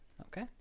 Okay